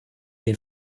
den